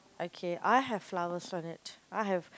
okay I have flowers on it I have